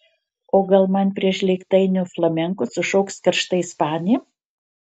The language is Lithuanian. o gal man prie žlėgtainio flamenko sušoks karšta ispanė